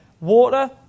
Water